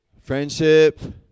Friendship